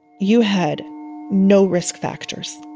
you had no risk factors